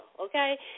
okay